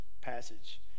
passage